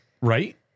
Right